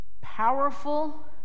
Powerful